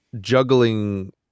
juggling